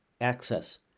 access